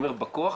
בכוח,